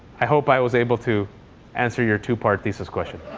i hope i was able to answer your two-part thesis question.